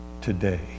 today